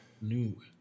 New